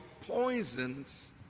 poisons